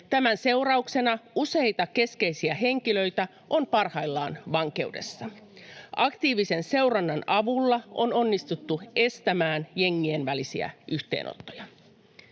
Tämän seurauksena useita keskeisiä henkilöitä on parhaillaan vankeudessa. Aktiivisen seurannan avulla on onnistuttu estämään jengien välisiä yhteenottoja.